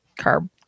carb